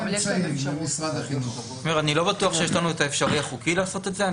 אני לא בטוח שיש לנו את האפשרי החוקי לעשות את זה,